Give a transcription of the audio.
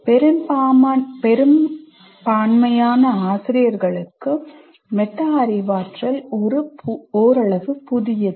பெரும்பான்மையான ஆசிரியர்களுக்கு மெட்டா அறிவாற்றல் ஓரளவு புதியது